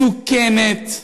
מסוכנת,